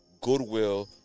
goodwill